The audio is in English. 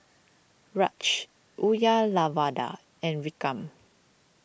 Raj Uyyalawada and Vikram